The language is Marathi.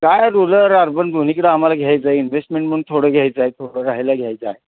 काय रुरल अर्बन दोन्हीकडं आम्हाला घ्यायचं आहे इन्व्हेस्टमेंट पण थोडं घ्यायचं आहे थोडं राहायला घ्यायचा आहे